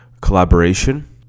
collaboration